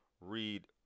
read